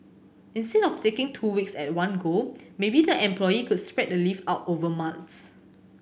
instead of taking two weeks at one go maybe the employee could spread the leave out over months